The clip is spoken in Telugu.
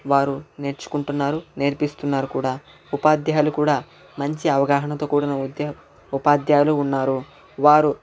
వారు నేర్చుకుంటారు నేర్పిస్తున్నారు కూడా ఉపాధ్యాయులు కూడా మంచి అవగాహనతో కూడిన ఉద్య ఉపాధ్యాయులు ఉన్నారు వారు